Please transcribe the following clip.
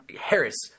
Harris